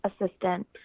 assistant